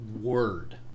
word